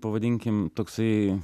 pavadinkim toksai